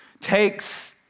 takes